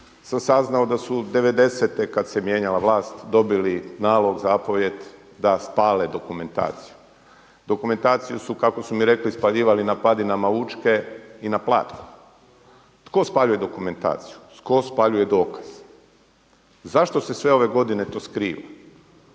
sam saznao da su '90.-te kada se mijenjala vlast dobili nalog, zapovijed da spale dokumentaciju. Dokumentaciju su kako su mi rekli spaljivali na padinama Učke i na …. Tko spaljuje dokumentaciju? Tko spaljuje dokaz. Zašto se sve ove godine skriva?